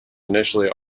initially